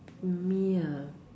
me ah